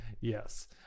Yes